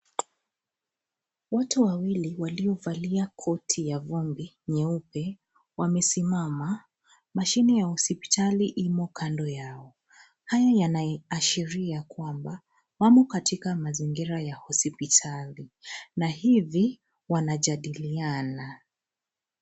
Watu Wawili waliovalia koti ya vumbi nyeupe wamesimama. Mashine ya hospitali imo kando yao. Haya yanaashiria kwamba wamo katika mazingira ya hospitali na hivi wanajadiliana.